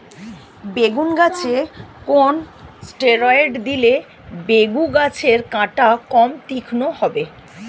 বেগুন গাছে কোন ষ্টেরয়েড দিলে বেগু গাছের কাঁটা কম তীক্ষ্ন হবে?